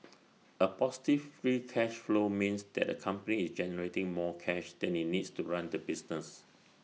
A positive free cash flow means that A company is generating more cash than IT needs to run the business